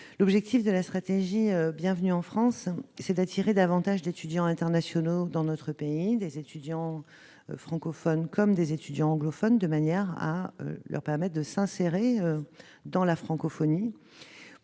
L'objectif de la stratégie Bienvenue en France est d'attirer davantage d'étudiants internationaux dans notre pays, francophones ou anglophones, pour leur permettre de s'insérer dans la francophonie.